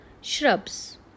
Shrubs